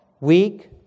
weak